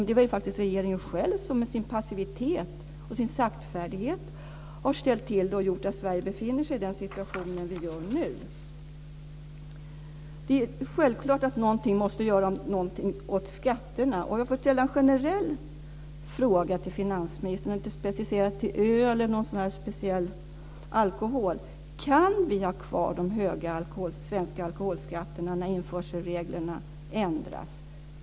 Det är faktiskt regeringen själv som med sin passivitet och sin saktfärdighet har ställt till det och gjort att Sverige befinner sig i den situation som vi gör nu. Det är självklart att någonting måste göras åt skatterna. Låt mig ställa en generell fråga till finansministern som inte är specificerad till öl eller någon speciell sorts alkohol. Kan vi ha kvar de höga svenska alkoholskatterna när införselreglerna ändras?